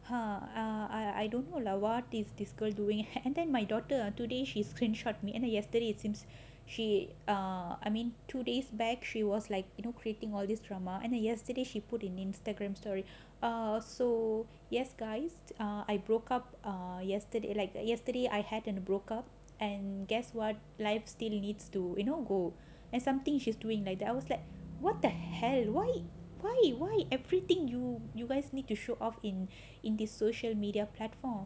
!huh! I I don't know lah what is this this girl doing and then my daughter uh today she screenshot me and then yesterday it seems she err I mean two days back she was like you know creating all this drama and then yesterday she put in Instagram story or so yes guys ah I broke up err yesterday like yesterday I had been broke up and guess what life still needs to you know go and something she's doing like that was like what the hell wh~ why why everything you you guys need to show off in in the social media platform